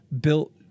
built